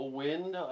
wind